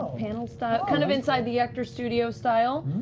panel-style. kind of inside the actors studio style.